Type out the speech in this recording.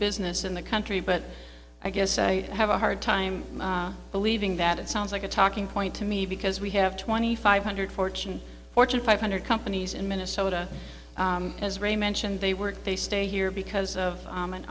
business in the country but i guess i have a hard time believing that it sounds like a talking point to me because we have twenty five hundred fortune fortune five hundred companies in minnesota as ray mentioned they work they stay here because of